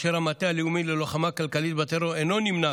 והמטה הלאומי ללוחמה כלכלית בטרור אינו נמנה